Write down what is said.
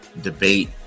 debate